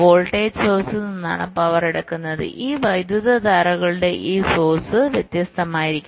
voltage സോഴ്സിൽ നിന്നാണ് power എടുക്കുന്നത് ഈ വൈദ്യുതധാരകളുടെ ഈ സോഴ്സ് വ്യത്യസ്തമായിരിക്കാം